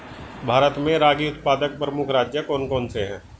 भारत में रागी उत्पादक प्रमुख राज्य कौन कौन से हैं?